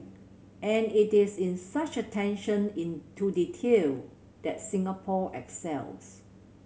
and it is in such attention in to detail that Singapore excels